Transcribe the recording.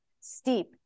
steep